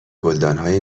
گلدانهای